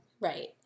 Right